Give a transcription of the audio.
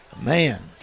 Man